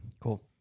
Cool